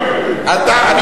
אתה פוגע בהם.